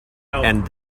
and